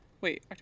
Wait